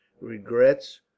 regrets